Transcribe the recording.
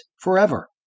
forever